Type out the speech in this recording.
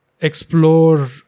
explore